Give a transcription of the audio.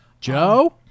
Joe